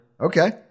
okay